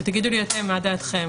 ותגידו לי אתם מה דעתכם.